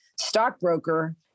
stockbroker